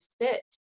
sit